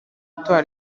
itora